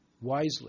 wisely